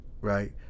right